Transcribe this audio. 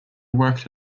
worked